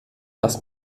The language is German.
erst